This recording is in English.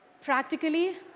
practically